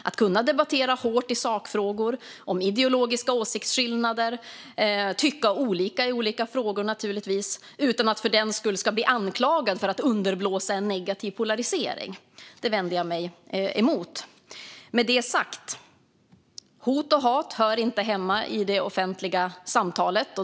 Man ska kunna debattera hårt i sakfrågor, ha ideologiska åsiktsskillnader och tycka olika i olika frågor utan att för den skull bli anklagad för att underblåsa en negativ polarisering. Det vänder jag mig mot. Med det sagt: Hot och hat hör inte hemma i det offentliga samtalet.